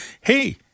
Hey